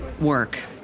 work